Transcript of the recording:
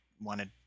wanted